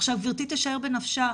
עכשיו גברתי תישאר בנפשה,